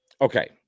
okay